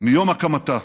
מיום הקמתה.